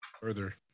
further